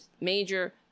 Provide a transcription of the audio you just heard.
major